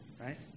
right